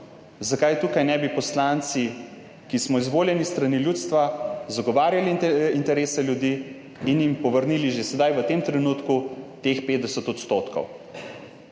zakaj tukaj ne bi poslanci, ki smo izvoljeni s strani ljudstva, zagovarjali interese ljudi in jim povrnili že sedaj, v tem trenutku, teh 50 %.